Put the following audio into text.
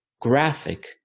graphic